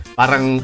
parang